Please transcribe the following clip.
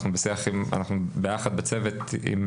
אנחנו ביחד בצוות עם